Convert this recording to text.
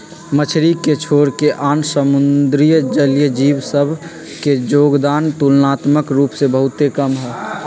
मछरी के छोरके आन समुद्री जलीय जीव सभ के जोगदान तुलनात्मक रूप से बहुते कम हइ